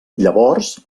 llavors